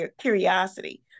curiosity